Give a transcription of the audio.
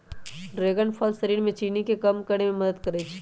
dragon फल शरीर में चीनी के कम करे में मदद करई छई